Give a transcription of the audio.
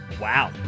Wow